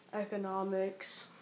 economics